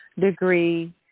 degree